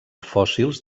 fòssils